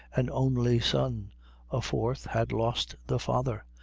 an only son a fourth, had lost the father,